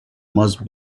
must